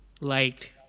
liked